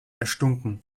erstunken